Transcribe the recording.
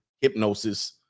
hypnosis